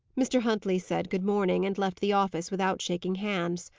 mr. huntley said good morning, and left the office without shaking hands.